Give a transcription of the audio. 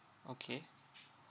okay